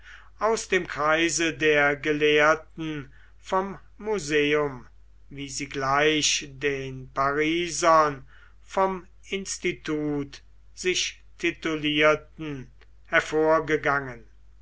aus dem kreise der gelehrten vom museum wie sie gleich den parisern vom institut sich titulierten hervorgegangen